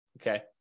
okay